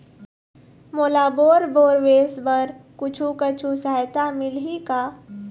मोला bore borewells बर कुछू कछु सहायता मिलही का?